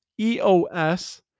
EOS